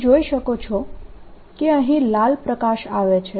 તમે જોઈ શકો છો કે અહીં લાલ પ્રકાશ આવે છે